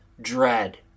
dread